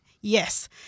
Yes